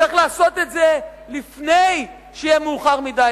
וצריך לעשות את זה לפני שיהיה מאוחר מדי,